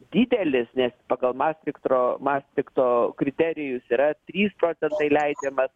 didelis nes pagal mastrichtro mastrichto kriterijus yra trys tasai leidžiamas